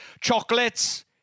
chocolates